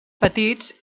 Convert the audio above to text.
petits